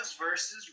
versus